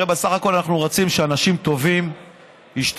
הרי בסך הכול אנחנו רוצים שאנשים טובים ישתתפו